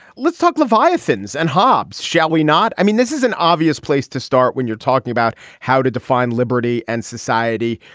let's talk leviathans and hops shall we not. i mean this is an obvious place to start when you're talking about how to define liberty and society.